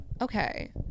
Okay